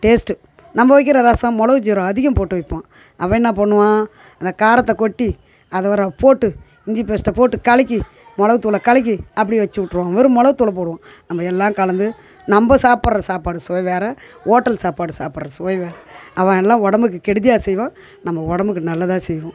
taste நம்ம வைக்கிற ரசம் மொளகு சீரகம் அதிகம் போட்டு வைப்போம் அவன் என்ன பண்ணுவான் அந்த காரத்தை கொட்டி அதை வேறு போட்டு இஞ்சி பேஸ்ட்டை போட்டு கலக்கி மொளகுத்தூள கலக்கி அப்படி வச்சு விட்ருவோம் வெறும் மொளகுத்தூள போடுவோம் நம்ம எல்லாம் கலந்து நம்ம சாப்பிட்ற சாப்பாடு சுவை வேறு ஓட்டல் சாப்பாடு சாப்பிட்ற சுவை வேற அவன் எல்லாம் உடம்புக்கு கெடுதியாக செய்வான் நம்ம உடம்புக்கு நல்லதாக செய்வோம்